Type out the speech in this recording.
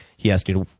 he asked me,